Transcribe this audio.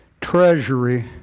treasury